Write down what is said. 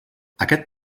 aquest